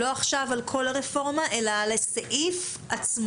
לא לדבר עכשיו על כל הרפורמה אלא על הסעיף עצמו.